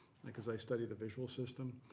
because i study the visual system.